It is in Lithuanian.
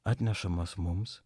atnešamas mums